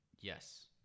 Yes